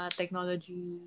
technology